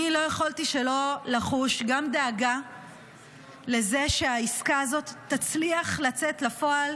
אני לא יכולתי שלא לחוש גם דאגה לזה שהעסקה הזאת תצליח לצאת לפועל